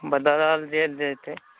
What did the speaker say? बदल देल जेतै